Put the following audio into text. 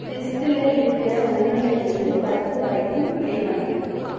லிஸ்டில் இருக்கிற ஒன்றில் இருந்து பத்து வரைக்கும் பிளே பண்ணு